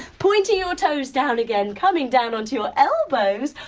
pointing your toes down again, coming down onto your elbows,